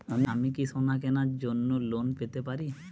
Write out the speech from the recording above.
আমি কি সোনা কেনার জন্য লোন পেতে পারি?